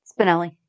Spinelli